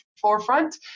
forefront